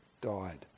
died